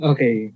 Okay